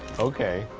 okay,